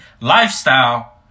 lifestyle